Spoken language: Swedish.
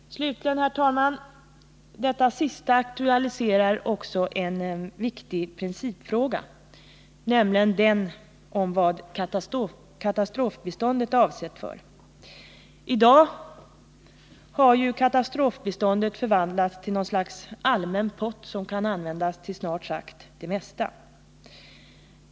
Slutligen, herr talman, aktualiserar detta sistnämnda också en viktig principfråga, nämligen vad katastrofbiståndet är avsett för. I dag har katastrofbiståndet förvandlats till något slags allmän pott, som kan användas till snart sagt det mesta.